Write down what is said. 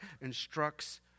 instructs